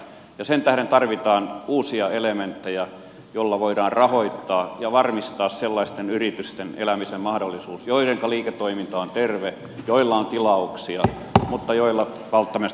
sen tähden tarvitaan uusia elementtejä joilla voidaan rahoittaa ja varmistaa sellaisten yritysten elämisen mahdollisuus joidenka liiketoiminta on terve joilla on tilauksia mutta joilla välttämättä omat pääomat eivät riitä